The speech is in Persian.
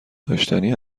داشتنی